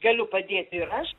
galiu padėti ir aš